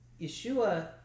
Yeshua